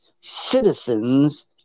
citizens